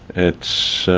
it's